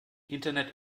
internet